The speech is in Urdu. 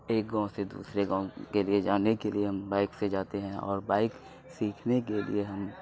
ایک گاؤں سے دوسرے گاؤں کے لیے جانے کے لیے ہم بائک سے جاتے ہیں اور بائک سیکھنے کے لیے ہم